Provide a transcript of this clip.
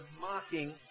mocking